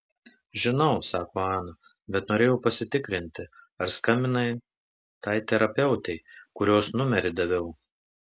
žinau sako ana bet norėjau pasitikrinti ar skambinai tai terapeutei kurios numerį daviau